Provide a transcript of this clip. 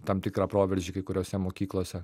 tam tikrą proveržį kai kuriose mokyklose